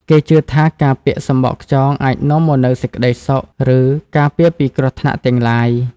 គេជឿថាការពាក់សំបកខ្យងអាចនាំមកនូវសេចក្តីសុខ ឬការពារពីគ្រោះថ្នាក់ទាំងឡាយ។